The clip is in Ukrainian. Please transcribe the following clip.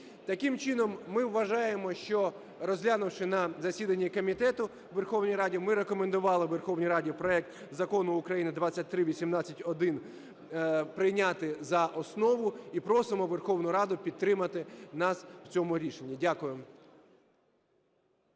Таким чином, ми вважаємо, що розглянувши на засіданні комітету у Верховній Раді, ми рекомендували Верховній Раді проект Закону України 2318-1 прийняти за основу і просимо Верховну Раду підтримати нас в цьому рішенні. Дякую.